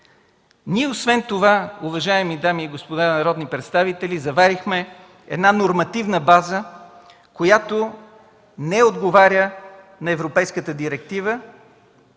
Освен това, уважаеми дами и господа народни представители, ние заварихме една нормативна база, която не отговаря на европейската директива